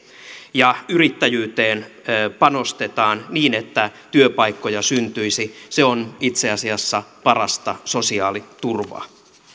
ja yrittäjyyteen panostetaan niin että työpaikkoja syntyisi se on itse asiassa parasta sosiaaliturvaa